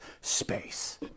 space